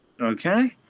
Okay